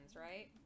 right